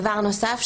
דבר נוסף,